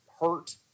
hurt